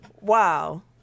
Wow